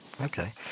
Okay